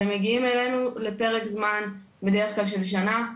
ומגיעים אלינו לפרק זמן בדרך כלל של שנה,